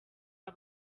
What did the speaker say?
aba